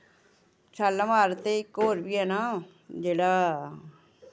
शालामार ते इक और बी ऐ ना जेह्ड़ा